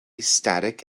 static